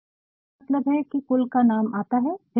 मेरा मतलब है कि पहले कुलनाम आता है फिर नाम